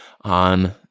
on